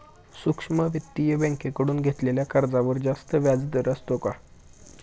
सूक्ष्म वित्तीय बँकेकडून घेतलेल्या कर्जावर जास्त व्याजदर असतो का?